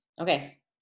okay